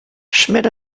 schmidt